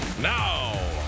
Now